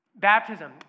Baptism